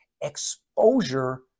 exposure